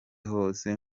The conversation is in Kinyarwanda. hose